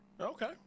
Okay